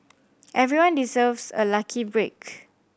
everyone deserves a lucky break